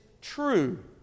true